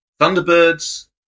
Thunderbirds